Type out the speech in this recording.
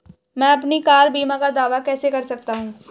मैं अपनी कार बीमा का दावा कैसे कर सकता हूं?